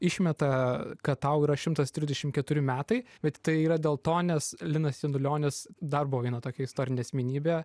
išmeta kad tau yra šimtas trisdešim keturi metai bet tai yra dėl to nes linas janulionis dar buvo viena tokia istorinė asmenybė